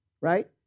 right